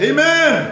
Amen